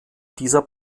dieser